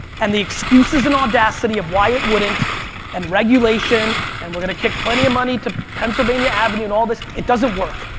and the excuses and audacity of why it wouldn't and regulation and we're going to kick plenty of money to pennsylvania avenue and all this, it doesn't work.